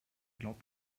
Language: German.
glaubt